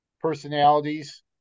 personalities